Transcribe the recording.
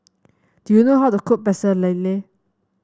do you know how to cook Pecel Lele